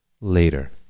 later